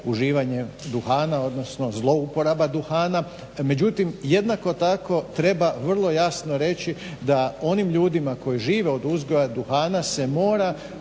uživanje duhana odnosno zlouporaba duhana. Međutim jednako tako treba vrlo jasno reći da onim ljudima koji žive od uzgoja duhana se mora